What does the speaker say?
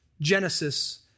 Genesis